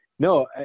No